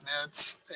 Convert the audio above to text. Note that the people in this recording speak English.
.nets